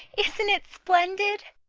isn't it splendid?